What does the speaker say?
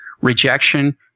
Rejection